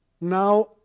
now